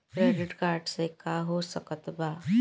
Credit card से का हो सकइत बा?